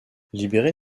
libérés